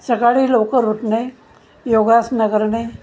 सकाळी लवकर उठणे योगासनं करणे